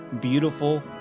beautiful